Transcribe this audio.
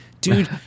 dude